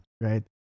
right